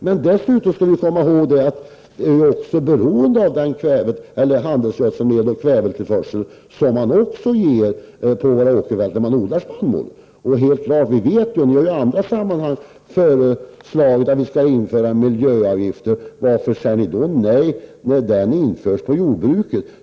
Men vi skall dessutom komma ihåg att det också är beroende av handelsgödselmedel och kväve som används på de åkrar där man odlar spannmål. Ni har ju i andra sammanhang föreslagit att vi skall införa miljöavgifter. Varför säger ni då nej när en sådan införs beträffande jordbruket.